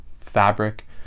fabric